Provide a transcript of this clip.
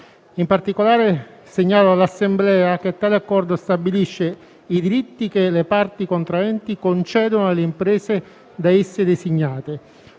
In particolare, segnalo all'Assemblea che tale accordo stabilisce i diritti che le parti contraenti concedono alle imprese da esse designate,